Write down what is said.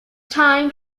time